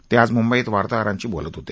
ते आज म्ंबईत वार्ताहरांशी बोलत होते